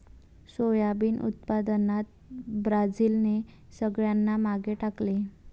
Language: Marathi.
सोयाबीन उत्पादनात ब्राझीलने सगळ्यांना मागे टाकले